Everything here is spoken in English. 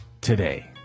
Today